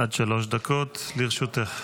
עד שלוש דקות לרשותך.